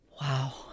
Wow